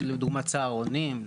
לדוגמה צהרונים,